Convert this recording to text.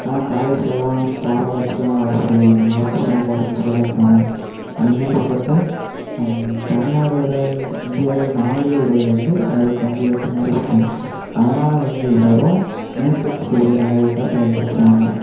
காலேஜுலலாம் formals தான் வர சொல்லுவாங்க ஆஃபீஸ்லாம் ஃபார்மல்ஸில் தான் போகணும் அது மாதிரி இருக்கிறப்ப தமிழ்நாடோடய இந்தியாவோடய நாகரீக உடைகள் வந்து அதுக்கு வந்து ஏற்ற மாதிரி இருக்காது அதனால் வந்து எல்லோரும் மேற்கத்திய உடைய நாகரீகம் தான் பயன்படுத்துறாங்க